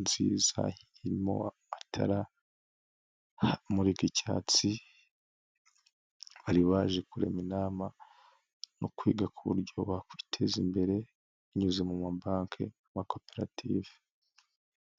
nziza, irimo amatara amurika icyatsi bari baje kurema inama no kwiga ku buryo bakwiteza imbere, binyuze mu mabanki n'amakoperative.